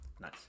Nice